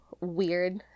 weird